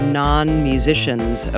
non-musicians